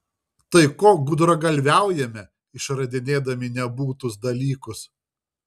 tai ko gudragalviaujame išradinėdami nebūtus dalykus